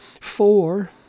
Four